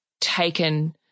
taken